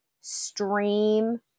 stream